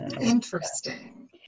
Interesting